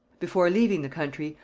before leaving the country,